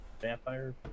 vampire